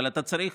אבל אתה צריך